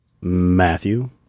Matthew